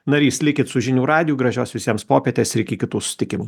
narys likit su žinių radiju gražios visiems popietės ir iki kitų susitikimų